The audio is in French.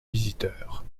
visiteurs